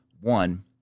one